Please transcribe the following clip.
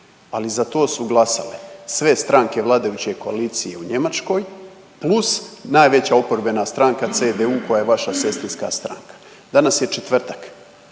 ali za to su glasale sve stanke vladajuće koalicije u Njemačkoj plus najveća oporbena stranka CDU koja je vaša sestrinska stranka. Danas je četvrtak,